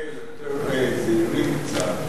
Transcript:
נהיה יותר זהירים קצת,